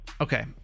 Okay